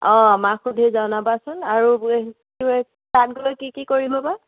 অ' মাক সুধি জনাবাচোন আৰু তাত গৈ কি কি কৰিব বা